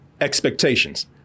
expectations